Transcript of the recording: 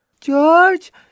George